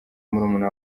murumuna